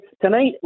tonight